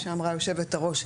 כמו שאמרה יושבת הראש,